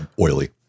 oily